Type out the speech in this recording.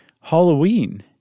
Halloween